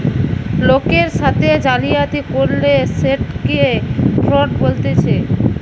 লোকের সাথে জালিয়াতি করলে সেটকে ফ্রড বলতিছে